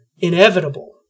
inevitable